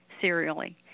serially